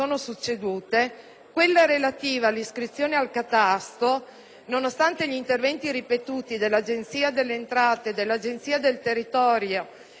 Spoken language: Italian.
nonostante gli interventi ripetuti dell'Agenzia delle entrate e dell'Agenzia del territorio, che hanno affermato che lo scopo della registrazione al catasto